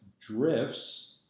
drifts